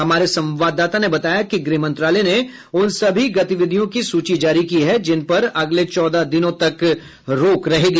हमारे संवाददाता ने बताया कि गृहमंत्रालय ने उन सभी गतिविधियों की सूची जारी की है जिन पर अगले चौदह दिनों तक रोक रहेगी